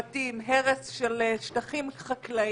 בתים, הרס של שטחים חקלאיים.